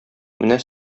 менә